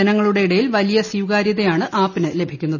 ജനങ്ങളുടെ ഇടയിൽ വലിയ സ്വീകാര്യതയാണ് ആപ്പിന് ലഭിക്കുന്നത്